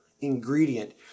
ingredient